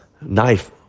knife